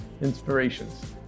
inspirations